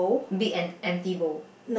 big and empty bowl